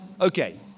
Okay